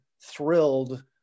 thrilled